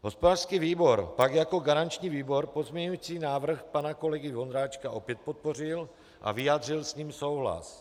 Hospodářský výbor tak jako garanční výbor pozměňovací návrh pana kolegy Vondráčka opět podpořil a vyjádřil s ním souhlas.